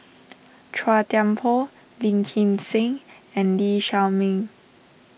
Chua Thian Poh Lim Kim San and Lee Shao Meng